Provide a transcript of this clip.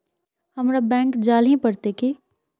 हमरा बैंक जाल ही पड़ते की?